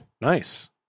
nice